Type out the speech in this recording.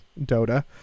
dota